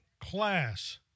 class